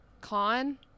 con